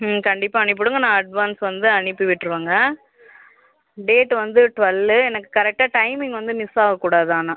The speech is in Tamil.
ம் கண்டிப்பாக அனுப்பிவிடுங்கள் நான் அட்வான்ஸ் வந்து அனிப்பிவிட்டுருவேங்க டேட்டு வந்து டுவெல்லு எனக்கு கரெக்ட்டாக டைமிங் வந்து மிஸ் ஆகக்கூடாது ஆனால்